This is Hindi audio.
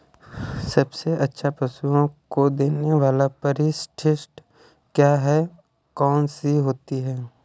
सबसे अच्छा पशुओं को देने वाली परिशिष्ट क्या है? कौन सी होती है?